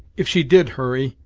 if she did, hurry,